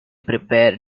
prepare